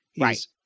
Right